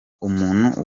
umuntu